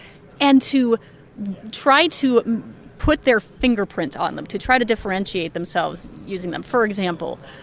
and to try to put their fingerprint on them, to try to differentiate themselves using them. for example,